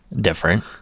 different